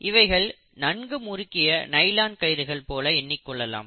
இவைகளை நன்கு முறுக்கிய நைலான் கயிறுகள் போல எண்ணிக் கொள்ளலாம்